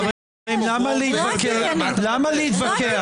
חברים, למה להתווכח?